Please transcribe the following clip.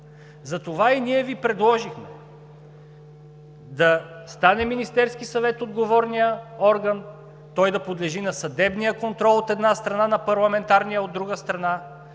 Затова и ние Ви предложихме да стане Министерският съвет отговорният орган, той да подлежи на съдебния контрол, от една страна, на парламентарния – от друга страна,